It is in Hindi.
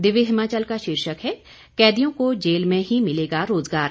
दिव्य हिमाचल का शीर्षक है कैदियों को जेल में ही मिलेगा रोजगार